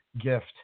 gift